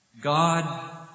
God